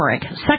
second